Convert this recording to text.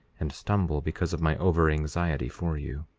and stumble because of my over anxiety for you.